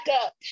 up